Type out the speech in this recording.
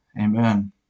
Amen